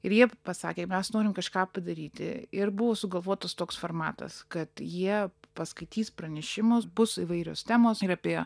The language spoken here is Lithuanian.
ir jie pasakė mes norim kažką padaryti ir buvo sugalvotas toks formatas kad jie paskaitys pranešimus bus įvairios temos ir apie